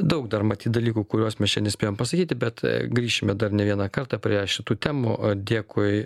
daug dar matyt dalykų kuriuos mes čia nespėjom pasakyti bet grįšime dar ne vieną kartą prie šitų temų dėkui